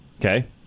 Okay